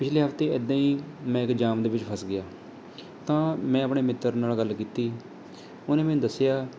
ਪਿਛਲੇ ਹਫ਼ਤੇ ਇੱਦਾਂ ਹੀ ਮੈਂ ਇੱਕ ਜਾਮ ਦੇ ਵਿੱਚ ਫ਼ਸ ਗਿਆ ਤਾਂ ਮੈਂ ਆਪਣੇ ਮਿੱਤਰ ਨਾਲ਼ ਗੱਲ ਕੀਤੀ ਉਹਨੇ ਮੈਨੂੰ ਦੱਸਿਆ